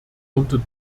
unter